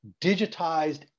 digitized